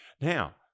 Now